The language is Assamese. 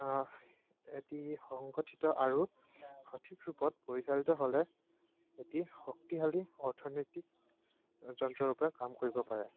এটি সংগঠিত আৰু সঠিক ৰূপত পৰিচালিত হ'লে এটি শক্তিশালী অৰ্থনৈতিক যন্ত্ৰৰূপে কাম কৰিব পাৰে